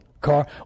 car